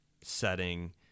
setting